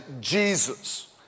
Jesus